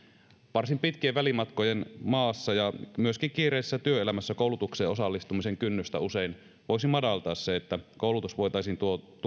varsin pitkien välimatkojen maassa ja myöskin kiireisessä työelämässä koulutukseen osallistumisen kynnystä usein voisi madaltaa se että koulutus voitaisiin